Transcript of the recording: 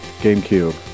GameCube